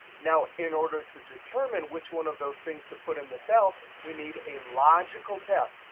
now, in order to determine which one of those things to put in the cell, we need a logical test.